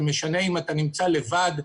זה משנה אם אתה נמצא לבד,